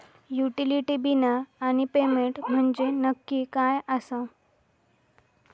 Utility बिला आणि payment म्हंजे नक्की काय आसा?